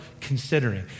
considering